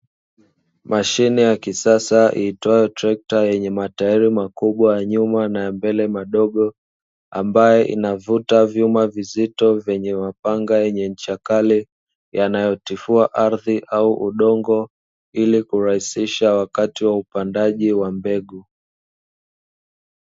Mashine ya kisasa iitwayo trekta; yenye matairi makubwa ya nyuma na ya mbele madogo, ambayo inavuta vyuma vizito vyenye mapanga yenye ncha kali, yanayotifua ardhi au udongo ili kurahisisha wakati wa upandaji wa mbegu.